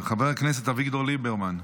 חבר הכנסת אביגדור ליברמן.